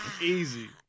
Easy